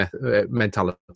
mentality